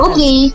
Okay